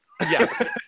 Yes